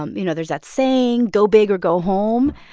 um you know, there's that saying, go big or go home.